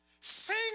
Sing